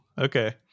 okay